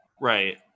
Right